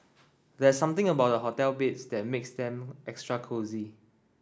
there's something about hotel beds that makes them extra cosy